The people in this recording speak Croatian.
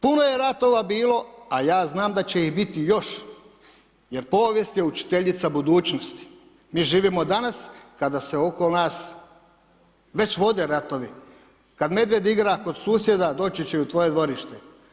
Puno je ratova bilo, a ja znam da će ih biti još jer povijest je učiteljica budućnosti, mi živimo danas kada se oko nas već vode ratovi, kad medvjed igra kod susjeda, doći će i u tvoje dvorište.